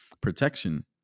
protection